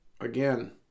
Again